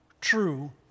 true